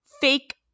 fake